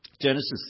Genesis